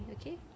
Okay